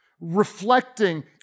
reflecting